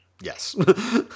Yes